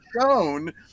shown